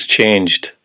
changed